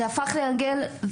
זה הפך להרגל,